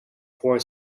pour